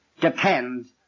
depends